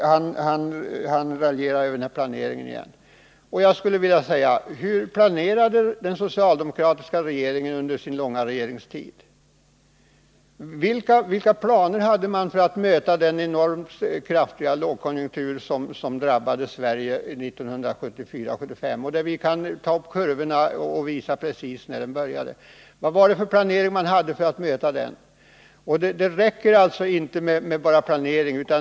Ingvar Svanberg raljerade återigen över planeringsverksamheten. Jag vill fråga: Hur planerade egentligen den socialdemokratiska regeringen under sin långa regeringstid? Vilka planer hade man för att möta den enormt kraftiga lågkonjunktur som grundlades i Sverige 1974 och 1975 och som slog ut 1976 och 1977? Vi kan på statistik och olika kurvor se exakt när den började. Det räcker inte med enbart planering.